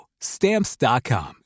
Stamps.com